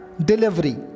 delivery